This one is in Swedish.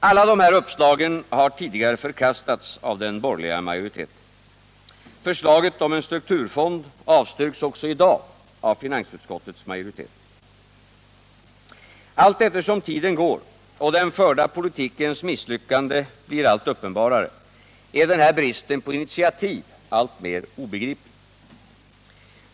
Alla dessa uppslag har tidigare förkastats av den borgerliga majoriteten. Förslaget om en strukturfond avstyrks också i dag av finansutskottets majoritet. Allteftersom tiden går och den förda politikens misslyckanden blir allt uppenbarare är denna brist på initiativ alltmer obegriplig.